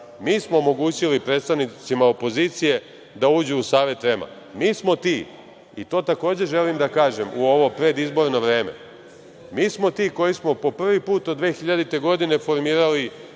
Mi smo omogućili predstavnicima opozicije da uđu u Savet REM-a. Mi smo ti, i to takođe želim da kažem, u ovo predizborno vreme, mi smo ti koji smo po prvi put od 2000. godine formirali